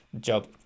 job